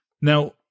Now